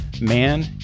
man